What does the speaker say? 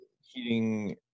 heating